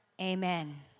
amen